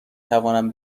توانم